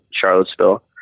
Charlottesville